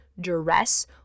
duress